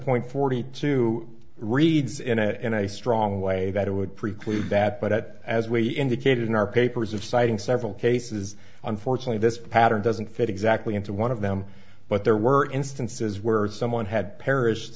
point forty two reads in a strong way that it would preclude that but as we indicated in our papers of citing several cases unfortunately this pattern doesn't fit exactly into one of them but there were instances where someone had perish